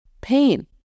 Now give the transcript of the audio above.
pain